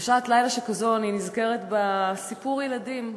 בשעת לילה שכזו אני נזכרת בסיפור הילדים,